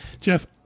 Jeff